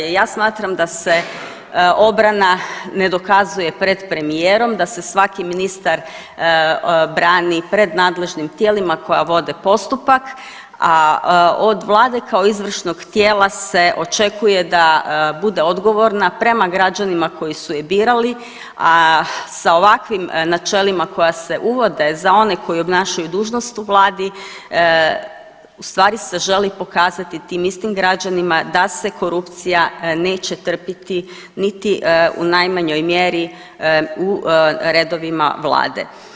Ja smatram da se obrana ne dokazuje pred premijerom, da se svaki ministar brani pred nadležnim tijelima koja vode postupak, a od vlade kao izvršnog tijela se očekuje da bude odgovorna prema građanima koji su je birali, a sa ovakvim načelima koja se uvode za one koji obnašaju dužnost u vladi u stvari se želi pokazati tim istim građanima da se korupcija neće trpiti niti u najmanjoj mjeri u redovima vlade.